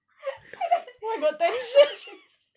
I like